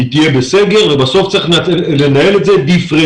היא תהיה בסגר ובסוף צריך לנהל את זה דיפרנציאלית.